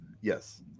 yes